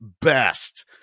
best